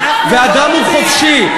אדם הוא חופשי,